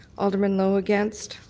alderman lowe, against.